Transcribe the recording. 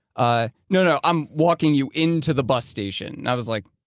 ah no, no, i'm walking you into the bus station. i was like,